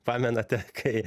pamenate kai